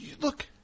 look